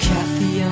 Kathy